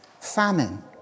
famine